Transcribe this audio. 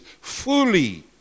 fully